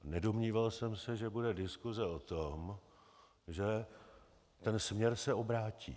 Nedomníval jsem se, že bude diskuse o tom, že ten směr se obrátí.